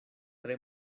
tre